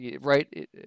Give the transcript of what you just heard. right